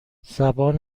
زبان